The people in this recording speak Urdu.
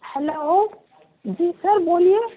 ہلو جی سر بولیے